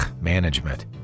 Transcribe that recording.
management